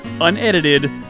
unedited